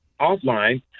offline